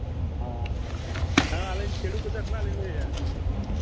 ᱦᱮᱸ ᱦᱮᱸ ᱟᱹᱞᱤᱧ ᱪᱤᱲᱩ ᱠᱚᱪᱟ ᱠᱷᱚᱱᱟᱜ ᱞᱤᱧ ᱞᱟᱹᱭᱮᱫᱼᱟ